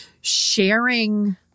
sharing